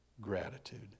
gratitude